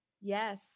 Yes